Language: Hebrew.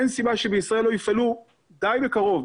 אין סיבה שבישראל לא יפעלו די בקרוב,